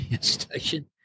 station